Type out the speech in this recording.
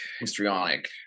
histrionic